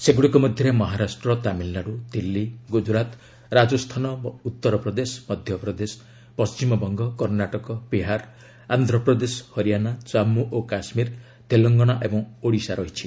ସେଗୁଡ଼ିକ ମଧ୍ୟରେ ମହାରାଷ୍ଟ୍ର ତାମିଲନାଡୁ ଦିଲ୍ଲୀ ଗୁଜରାତ ରାଜସ୍ଥାନ ଉତ୍ତରପ୍ରଦେଶ ମଧ୍ୟପ୍ରଦେଶ ପଶ୍ଚିମବଙ୍ଗ କର୍ଣ୍ଣାଟକ ବିହାର ଆନ୍ଧ୍ରପ୍ରଦେଶ ହରିଆଣା ଜାନ୍ମୁ ଓ କାଶ୍ୱୀର ତେଲଙ୍ଗନା ଏବଂ ଓଡ଼ିଶା ରହିଛି